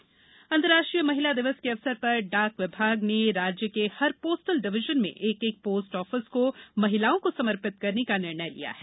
महिला दिवस अंतर्राष्ट्रीय महिला दिवस के अवसर पर डाक विभाग ने राज्य के हर पोस्टल डिवीजन में एक एक पोस्ट ऑफिस को महिलाओं को समर्पित करने का निर्णय लिया है